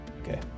Okay